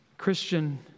Christian